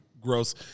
gross